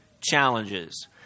challenges